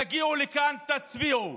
תגיעו לכאן, תצביעו.